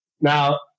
Now